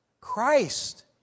Christ